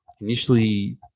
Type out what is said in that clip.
initially